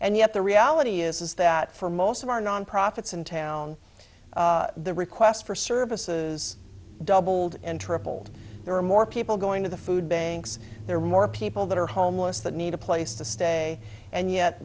and yet the reality is that for most of our nonprofits and town the request for services doubled and tripled there are more people going to the food banks there are more people that are homeless that need a place to stay and yet